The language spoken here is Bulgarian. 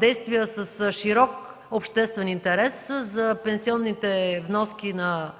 действия с широк обществен интерес – за пенсионните вноски на